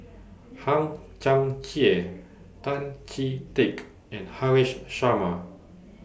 Hang Chang Chieh Tan Chee Teck and Haresh Sharma